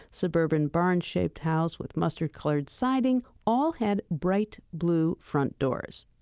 suburban barn-shaped house with mustard-colored siding all had bright blue front doors.